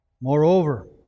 Moreover